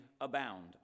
abound